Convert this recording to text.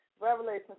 Revelation